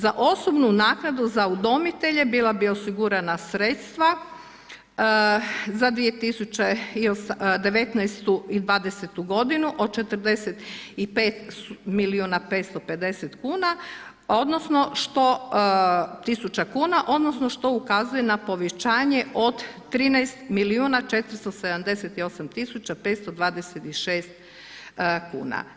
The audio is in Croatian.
Za osobnu naknadu, za udomitelje, bila bi osigurana sredstva, za 2019. i 2020. g. od 45 milijuna 550 kn odnosno tisuća kuna, odnosno, što ukazuje na povećanje od 13 milijuna 478 tisuća 526 kuna.